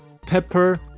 pepper